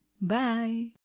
Bye